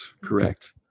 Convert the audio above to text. Correct